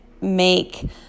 make